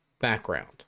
background